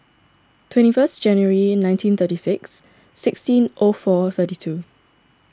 twenty first January nineteen thirty six sixteen O four thirty two